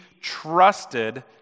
trusted